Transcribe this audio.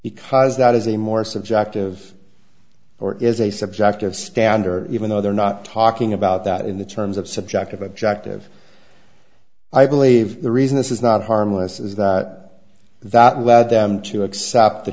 because that is a more subjective or is a subjective standard even though they're not talking about that in the terms of subjective objective i believe the reason this is not harmless is that that led them to accept the